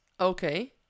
okay